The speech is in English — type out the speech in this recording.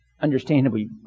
understandably